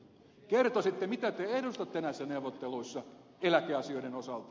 kertoisitte mitä te edustatte näissä neuvotteluissa eläkeasioiden osalta